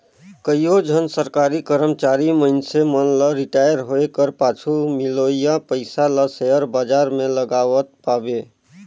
कइयो झन सरकारी करमचारी मइनसे मन ल रिटायर होए कर पाछू मिलोइया पइसा ल सेयर बजार में लगावत पाबे